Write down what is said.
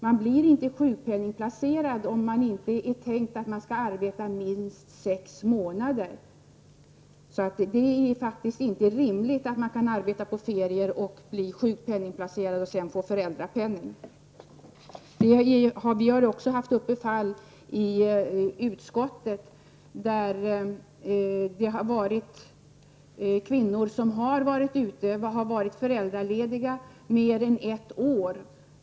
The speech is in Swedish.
Man blir inte sjukpenningplacerad om man inte tänker arbeta under minst sex månader. Det är inte rimligt att man kan arbeta på ferier, bli sjukpenningplacerad och sedan få föräldrapenning. Vi har behandlat fall i utskottet som handlat om kvinnor som har varit föräldralediga under mer än ett år.